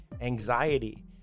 anxiety